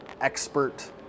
expert